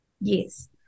Yes